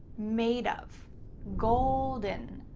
made of golden,